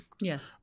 Yes